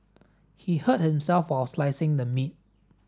he hurt himself while slicing the meat